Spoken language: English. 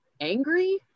angry